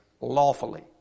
lawfully